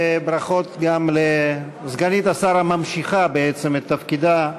וברכות גם לסגנית השר הממשיכה בעצם את תפקידה,